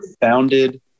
founded